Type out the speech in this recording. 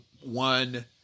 one